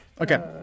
okay